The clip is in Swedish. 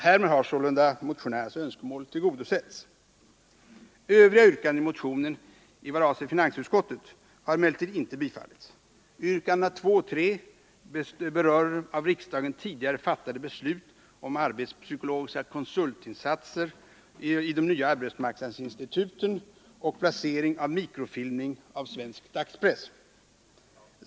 Härmed har sålunda motionärernas önskemål tillgodosetts. Övriga yrkanden i motionen i vad avser finansutskottet har emellertid inte bifallits. Yrkandena 2 och 3 berör av riksdagen tidigare fattade beslut om arbetspsykologiska konsultinsatser i de nya arbetsmarknadsinstituten och placering av mikrofilmning av svensk dagspress.